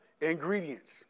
ingredients